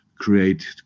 create